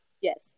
Yes